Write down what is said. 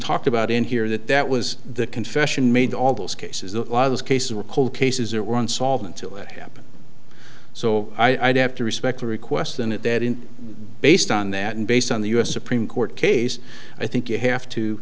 talked about in here that that was the confession made all those cases a lot of those cases were cold cases that run solved until that happened so i'd have to respect their request and at that in based on that and based on the u s supreme court case i think you have to